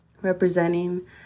representing